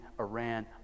Iran